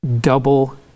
double